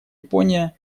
япония